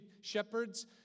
shepherds